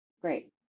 great